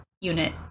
unit